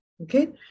Okay